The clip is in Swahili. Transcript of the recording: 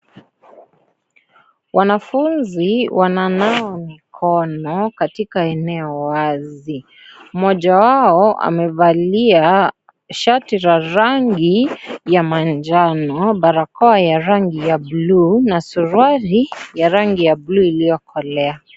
Wanafunzi wananawa mikono katika eneo wazi, moja wao amevalia shati la rangi ya manjano barakoa ya rangi ya bulu na suruali ya rangi ya bulu iliyokolea.